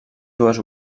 dues